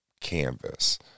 canvas